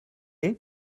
est